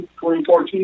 2014